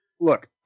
look